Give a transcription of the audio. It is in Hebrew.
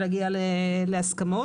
ולהגיע להסכמות.